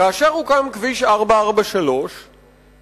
כאשר הוקם כביש 443 והופקעו,